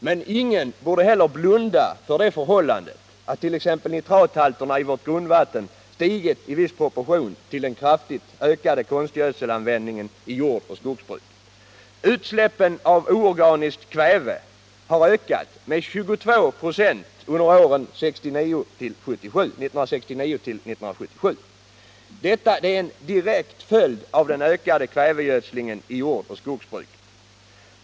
Men ingen borde heller blunda för det förhållandet att t.ex. nitrathalterna i vårt grundvatten stigit i viss proportion till den kraftigt ökade konstgödselanvändningen i jordoch skogsbruket. Utsläppen av oorganiskt kväve har ökat med 22 96 under åren 1969-1977. Detta är en direkt följd av den ökade kvävegödslingen i jordoch skogsbruket.